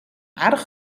aardig